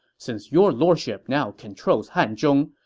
since your lordship now controls hanzhong,